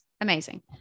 amazing